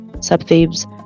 sub-themes